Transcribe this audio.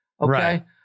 okay